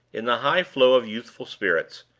in the high flow of youthful spirits,